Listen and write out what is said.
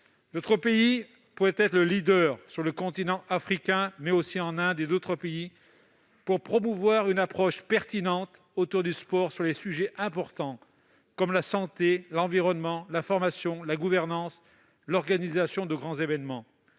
Notre pays pourrait être leader sur le continent africain, mais aussi en Inde et dans d'autres pays, pour promouvoir une approche pertinente fondée sur le sport sur des sujets aussi importants que la santé, l'environnement, la formation, la gouvernance, l'organisation de grands événements,